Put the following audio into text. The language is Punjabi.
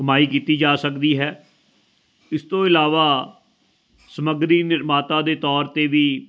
ਕਮਾਈ ਕੀਤੀ ਜਾ ਸਕਦੀ ਹੈ ਇਸ ਤੋਂ ਇਲਾਵਾ ਸਮੱਗਰੀ ਨਿਰਮਾਤਾ ਦੇ ਤੌਰ 'ਤੇ ਵੀ